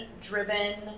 driven